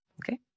Okay